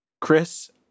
Chris